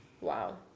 Wow